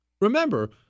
Remember